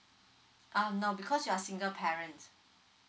um no because you are single parents